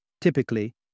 Typically